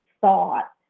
thought